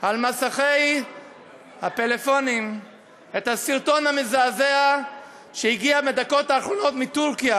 על מסכי הפלאפונים את הסרטון המזעזע שהגיע בדקות האחרונות מטורקיה,